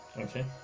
Okay